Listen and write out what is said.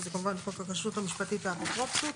שזה כמובן חוק הכשרות המשפטית והאפוטרופסות.